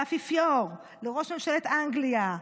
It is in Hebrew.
לאפיפיור, לראש ממשלת אנגליה,